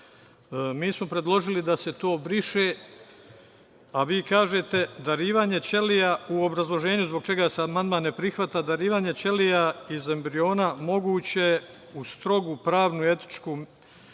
2.Mi smo predložili da se to briše a vi kažete u obrazloženju zbog čega se amandman ne prihvata, darivanje ćelija iz embriona moguće uz strogo pravni, etički,